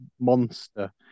monster